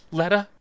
letter